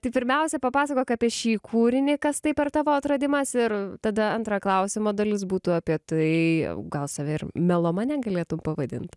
tai pirmiausia papasakok apie šį kūrinį kas tai per tavo atradimas ir tada antra klausimo dalis būtų apie tai gal save ir melomane galėtum pavadint